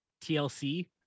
TLC